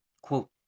quote